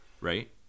Right